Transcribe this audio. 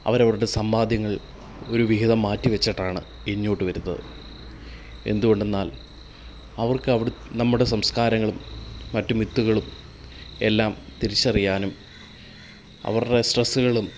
അവരവരുടെ സമ്പാദ്യങ്ങൾ ഒരു വിഹിതം മാറ്റി വെച്ചിട്ടാണ് ഇങ്ങോട്ടു വരുന്നത് എന്തുകൊണ്ടെന്നാൽ അവർക്ക് അവി നമ്മുടെ സംസ്കാരങ്ങളും മറ്റ് മിത്തുകളും എല്ലാം തിരിച്ചറിയാനും അവരുടെ സ്ട്രസുകളും